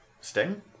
Sting